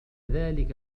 ذلك